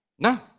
No